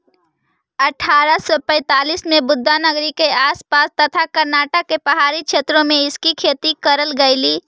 अठारा सौ चालीस में बुदानगिरी के आस पास तथा कर्नाटक के पहाड़ी क्षेत्रों में इसकी खेती करल गेलई